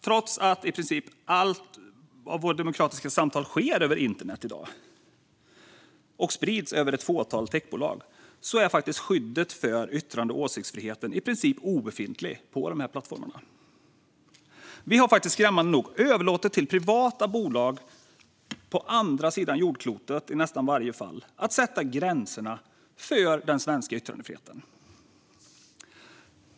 Trots att i princip allt vårt demokratiska samtal sker över internet i dag och sprids via ett fåtal techbolag är skyddet för yttrande och åsiktsfriheten i princip obefintligt på dessa plattformar. Vi har skrämmande nog överlåtit till privata bolag, i nästan samtliga fall på andra sidan jordklotet, att sätta gränserna för den svenska yttrandefriheten.